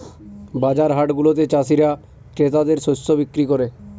বাজার হাটগুলাতে চাষীরা ক্রেতাদের শস্য বিক্রি করে